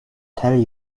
tell